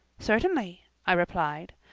certainly, i replied,